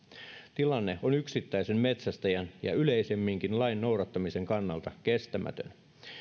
tilanne on yksittäisen metsästäjän ja yleisemminkin lain noudattamisen kannalta kestämätön